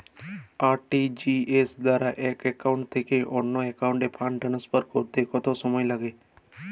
RTGS দ্বারা এক account থেকে অন্য একাউন্টে ফান্ড ট্রান্সফার করতে কত সময় লাগে?